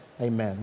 Amen